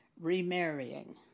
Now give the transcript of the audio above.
remarrying